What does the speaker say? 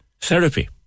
therapy